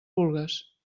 vulgues